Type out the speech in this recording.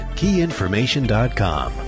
keyinformation.com